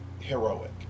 heroic